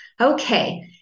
Okay